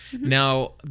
Now